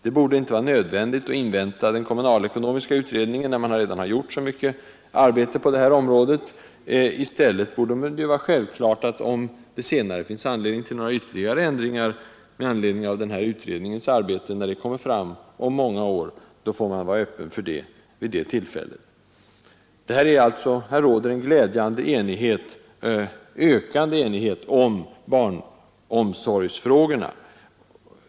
Det borde inte vara nödvändigt att invänta den kommunalekonomiska utredningen, när man redan har gjort så mycket arbete på det här området. I stället borde det vara självklart att man är öppen för att göra ytterligare ändringar om det blir anledning till det, när utredningen lägger fram sitt resultat om många år. Det råder alltså en glädjande ökad enighet om barnomsorgsfrågorna.